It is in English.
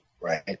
Right